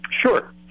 Sure